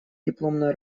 дипломная